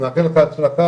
אני מאחל לך הצלחה,